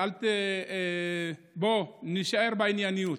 בוא נישאר בענייניות,